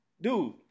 dude